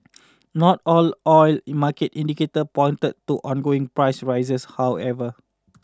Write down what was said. not all oil market indicator pointed to ongoing price rises however